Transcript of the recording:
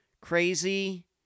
crazy